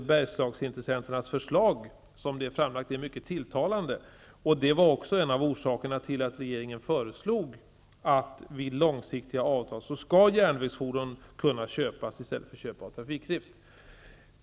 Bergslagsintressenternas förslag är mycket tilltalande. Det var en av orsakerna till att regeringen föreslog att vid långsiktiga avtal skall järnvägsfordon kunna köpas i stället för trafikdrift.